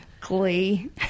Glee